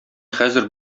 хәзер